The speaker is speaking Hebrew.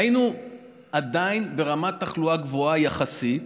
והיינו עדיין ברמת תחלואה גבוהה יחסית,